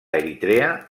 eritrea